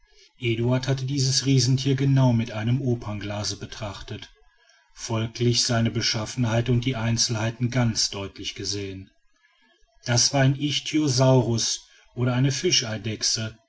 eduard hatte dieses riesentier genau mit einem opernglase betrachtet folglich seine beschaffenheit und die einzelheiten ganz deutlich gesehen das war ein ichthyosaurus oder eine